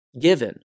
Given